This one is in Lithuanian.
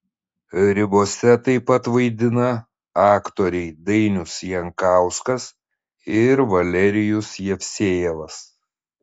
ribose taip pat vaidina aktoriai dainius jankauskas ir valerijus jevsejevas